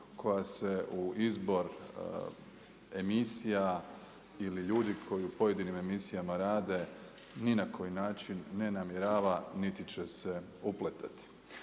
koja se u izbor emisija ili ljudi koji u pojedinim emisijama rade ni na koji način ne namjerava niti će se upletati.